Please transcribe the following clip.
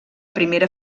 primera